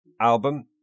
album